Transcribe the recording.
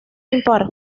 impar